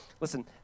listen